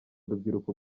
urubyiruko